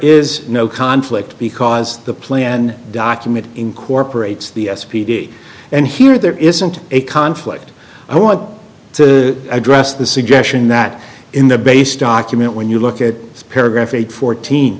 is no conflict because the plan document incorporates the s p d and here there isn't a conflict i want to address the suggestion that in the base document when you look at paragraph eight fourteen